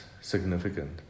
significant